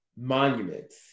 monuments